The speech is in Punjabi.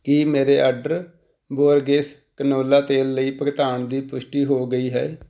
ਕੀ ਮੇਰੇ ਆਰਡਰ ਬੋਰਗੇਸ ਕੈਨੋਲਾ ਤੇਲ ਲਈ ਭੁਗਤਾਨ ਦੀ ਪੁਸ਼ਟੀ ਹੋ ਗਈ ਹੈ